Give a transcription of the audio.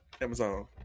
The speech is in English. Amazon